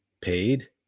paid